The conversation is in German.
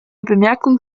bemerkung